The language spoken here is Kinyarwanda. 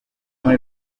muri